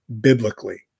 biblically